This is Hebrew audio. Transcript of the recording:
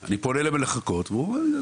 אני פונה למחלקות והוא אומר לי,